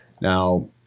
Now